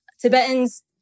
Tibetans